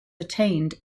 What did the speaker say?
attained